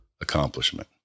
accomplishment